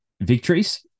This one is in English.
victories